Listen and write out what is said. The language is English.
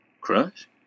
Crush